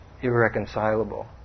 irreconcilable